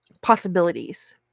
possibilities